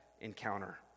encounter